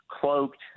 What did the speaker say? cloaked